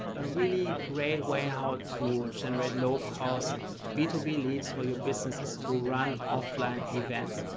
a really great way how ah to generate low-cost b two b leads for your business is to run offline events.